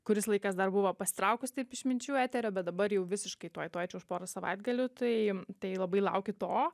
kuris laikas dar buvo pasitraukus taip išminčių eterio bet dabar jau visiškai tuoj tuoj už poros savaitgalių tai tai labai laukiu to